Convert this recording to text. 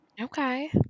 Okay